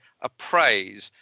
appraise